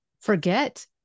forget